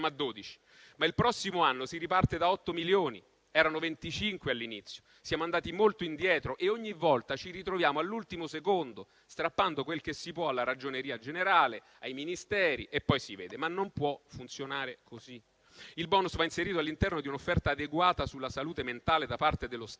ma il prossimo anno si riparte da otto milioni. Erano 25 all'inizio: siamo andati molto indietro e ogni volta ci ritroviamo all'ultimo secondo, strappando quel che si può alla Ragioneria generale, ai Ministeri, e poi si vedrà. Ma non può funzionare così. Il *bonus* va inserito all'interno di un'offerta adeguata sulla salute mentale da parte dello Stato.